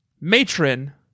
Matron